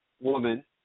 woman